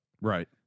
Right